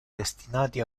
destinati